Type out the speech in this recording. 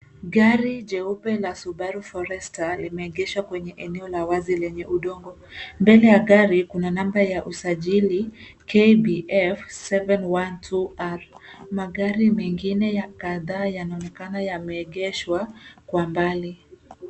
Gari jeupe la Subaru Forester limeegeshwa kwenye eneo la wazi lenye udongo. Mbele ya gari kuna namba ya usajili KBF 712R. Magari mengine kadhaa yanaonekana yameegeshwa kwa mbali.